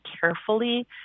carefully